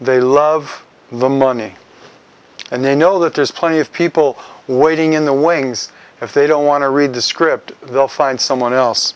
they love the money and they know that there's plenty of people waiting in the wings if they don't want to read the script they'll find someone else